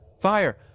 Fire